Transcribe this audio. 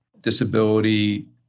disability